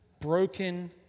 broken